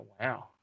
wow